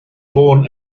born